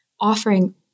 offering